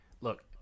look